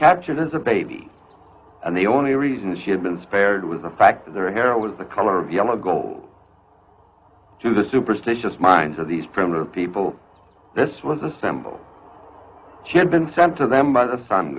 captured as a baby and the only reason she had been spared was the fact that their hair was the color of yellow gold to the superstitious minds of these primitive people this was a symbol she had been sent to them by the